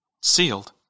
sealed